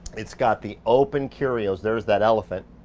it's got the open curios. there's that elephant.